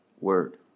word